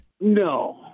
No